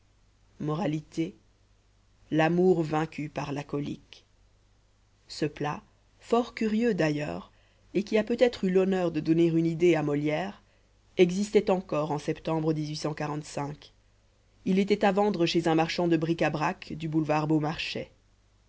moralité l'amour vaincu par la colique ce plat fort curieux d'ailleurs et qui a peut-être eu l'honneur de donner une idée à molière existait encore en septembre il était à vendre chez un marchand de bric-à-brac du boulevard beaumarchais